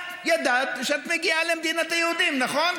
את ידעת שאת מגיעה למדינת היהודים, נכון?